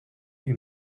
lui